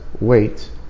wait